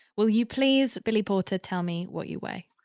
will you please, billy porter, tell me what you weigh?